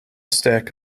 stack